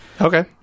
Okay